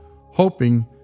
hoping